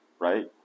right